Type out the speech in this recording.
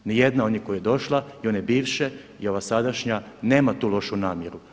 Ni jedna od njih koja je došla i one bivše i ova sadašnja nema tu lošu namjeru.